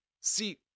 See